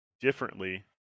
differently